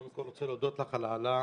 קודם כול, אני רוצה להודות לך על העלאת